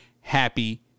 happy